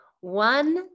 one